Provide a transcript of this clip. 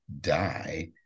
die